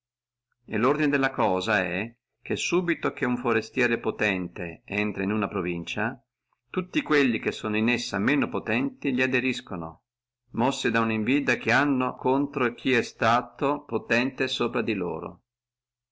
lordine delle cose è che subito che uno forestiere potente entra in una provincia tutti quelli che sono in essa meno potenti li aderiscano mossi da invidia hanno contro a chi è suto potente sopra di loro